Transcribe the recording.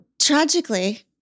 Tragically